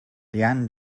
leanne